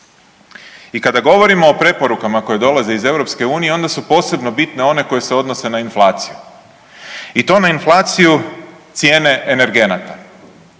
I kada govorimo o preporukama koje dolaze iz EU-a, onda su posebno bitne one koje se odnose na inflaciju. I na inflaciju cijene energenata.